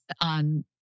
on